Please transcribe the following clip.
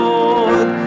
Lord